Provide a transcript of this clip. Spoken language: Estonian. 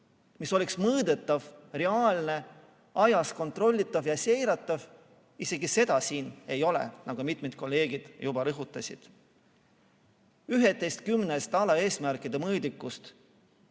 mis oleks mõõdetav, reaalne, ajas kontrollitav ja seiratav, siin ei ole, nagu mitmed kolleegid juba rõhutasid. Üheteistkümnest alaeesmärkide mõõdikust